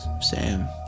Sam